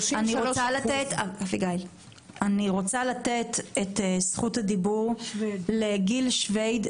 אני רוצה לתת את זכות הדיבור לגיל שויד,